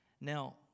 Now